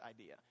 idea